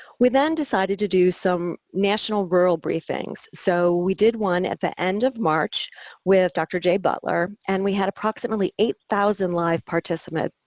we then decided to do some national rural briefings, so we did one at the end of march with dr. jay butler and we had approximately eight thousand live participants,